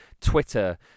Twitter